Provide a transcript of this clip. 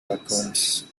raccoons